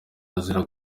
azira